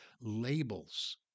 labels